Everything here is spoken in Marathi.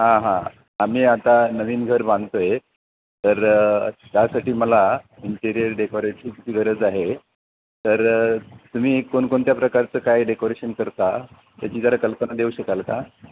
हां हां आम्ही आता नवीन घर बांधतो आहे तर त्यासाठी मला इंटिरिअर डेकोरेशनची गरज आहे तर तुम्ही कोणकोणत्या प्रकारचं काय डेकोरेशन करता त्याची जरा कल्पना देऊ शकाल का